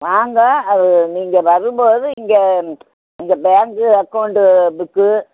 வாங்க அது நீங்கள் வரும் போது இங்கே எங்கே பேங்கு அக்கவுண்டு புக்கு